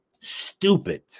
stupid